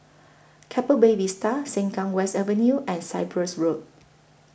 Keppel Bay Vista Sengkang West Avenue and Cyprus Road